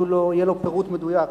יהיה לו פירוט מדויק,